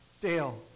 Dale